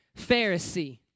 Pharisee